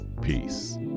Peace